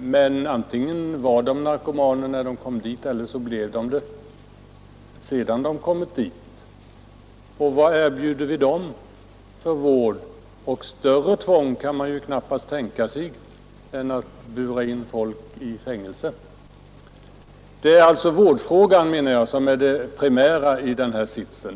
men antingen var de narkomaner när de kom dit eller också har de blivit det sedan de kommit dit. Vad erbjuder vi dem för vård? Större tvång kan man ju knappast tänka sig än att bura in folk i fängelse. Det är alltså vårdfrågan, menar jag, som är det primära i den här sitsen.